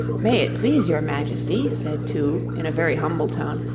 may it please your majesty said two, in a very humble tone,